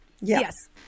yes